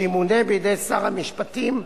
שימונה בידי שר המשפטים,